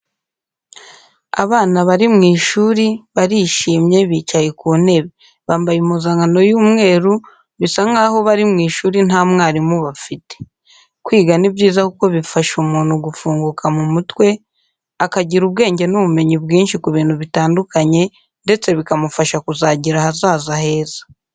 Abana bari mu ishuri, barishimye, bicaye ku ntebe. Bambaye impuzankano y'umweru, bisa nkaho mu ishuri nta mwarimu bafite. Kwiga ni byiza kuko bifasha umuntu gufunguka mu mutwe, akagira ubwenge n'ubumenyi bwinshi ku bintu bitandukanye ndetse bikamufasha kuzagira ahazaza heza.